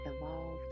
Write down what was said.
evolve